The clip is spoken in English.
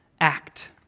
act